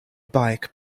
bike